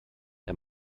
der